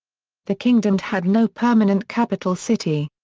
the kingdom had no permanent capital city.